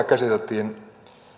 käsiteltiin